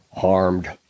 harmed